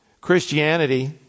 Christianity